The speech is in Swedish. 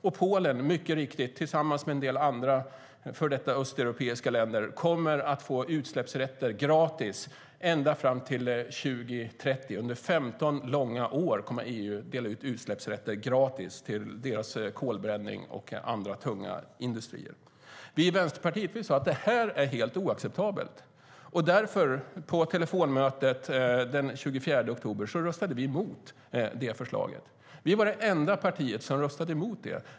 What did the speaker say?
Och mycket riktigt kommer Polen tillsammans med en del andra östeuropeiska länder att få utsläppsrätter gratis ända fram till 2030. Under 15 långa år kommer EU att dela ut utsläppsrätter gratis till deras kolbränning och andra tunga industrier. Vi i Vänsterpartiet sade att det var helt oacceptabelt, och vid telefonmötet den 24 oktober röstade vi mot förslaget. Vi var det enda parti som röstade mot det.